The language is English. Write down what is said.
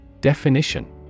Definition